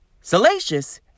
salacious